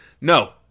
No